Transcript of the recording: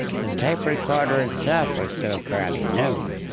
the tape recorder itself was still fairly new.